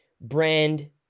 Brand